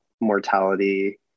mortality